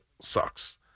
sucks